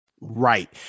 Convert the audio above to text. Right